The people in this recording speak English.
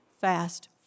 Fast